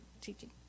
teaching